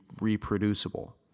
reproducible